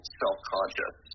self-conscious